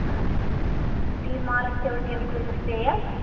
آچھا پی مارٕک تِل ٹیٖن کٲتِس پیٚیہِ حظ